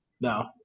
No